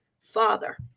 father